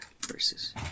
versus